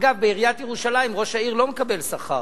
אגב, בעיריית ירושלים ראש העיר לא מקבל שכר.